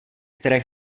které